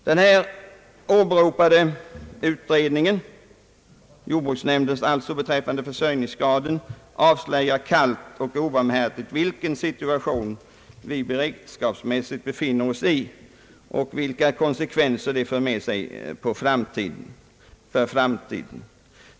Den här åberopade utredningen — jordbruksnämndens utredning beträffande försörjningsgraden — avslöjar kallt och obarmhärtigt vilken situation vi beredskapsmässigt befinner oss i och vilka konsekvenser det för med sig för framtiden.